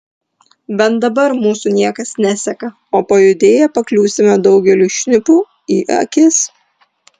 bent dabar mūsų niekas neseka o pajudėję pakliūsime daugeliui šnipų į akis